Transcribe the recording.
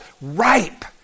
ripe